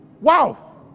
Wow